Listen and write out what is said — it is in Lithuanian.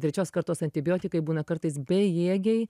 trečios kartos antibiotikai būna kartais bejėgiai